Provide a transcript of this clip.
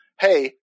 Hey